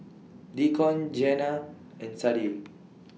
Deacon Jeana and Sadye